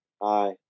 Hi